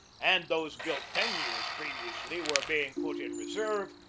and those built ten years previously were being put in reserve,